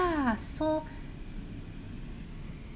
so